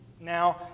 Now